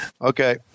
Okay